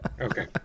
Okay